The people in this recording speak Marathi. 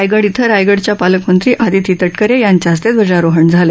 रायगड इथं रायगडच्या पालकमंत्री अदिती तटकरे यांच्या हस्ते ध्वजारोहण झालं